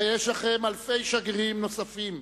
אבל יש לכם אלפי שגרירים נוספים.